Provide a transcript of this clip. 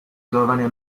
giovane